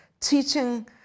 teaching